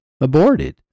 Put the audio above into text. aborted